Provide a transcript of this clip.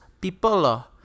people